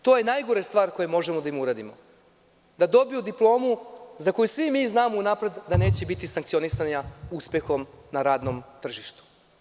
To je najgora stvar koju možemo da im uradimo, da dobiju diplomu za koju svi mi znamo unapred da neće biti sankcionisana uspehom na radnom tržištu.